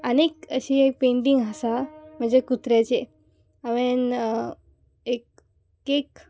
आनीक अशी एक पेंटींग आसा म्हजे कुत्र्याचे हांवेन एक केक